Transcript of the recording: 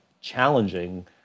challenging